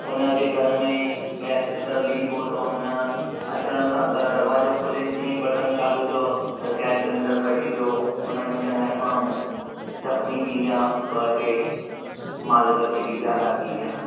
उनजे घर में गैस सलैंडर लीक हो त हुन अचणु सां दरवाज़ो खोले जीअं ई बटणु चालू कयो त गैस सलैंडर फटी वियो उनमें चङा ई माण्हू ज़ख्मी थी विया ॿ टे मालिक खे बी प्यारा थी विया